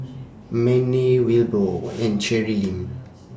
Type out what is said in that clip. Manie Wilbur and Cherilyn